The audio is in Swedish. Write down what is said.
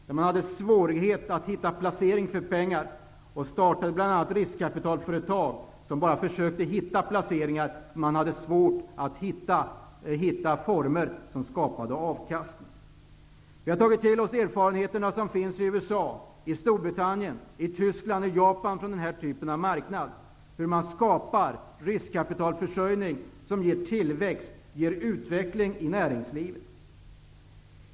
Då hade man svårigheter att hitta placeringar för pengar och startade bl.a. riskkapitalföretag, som bara försökte finna placeringar. Man hade svårt att finna former som gav avkastning, Vi har tagit till oss de erfarenheter som gjorts i USA, Storbritannien, Tyskland och Japan från denna typ av marknad, erfarenheter av hur man skapar riskkapitalförsörjning som ger tillväxt och utveckling i näringslivet.